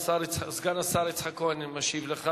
סגן השר יצחק כהן משיב לך,